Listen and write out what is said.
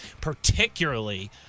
particularly